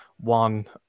one